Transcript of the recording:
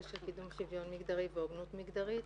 של קידום שוויון מגדרי והוגנות מגדרית.